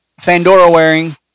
Fandora-wearing